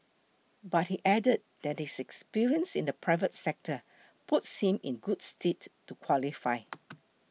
but he added that his experience in the private sector puts him in good stead to qualify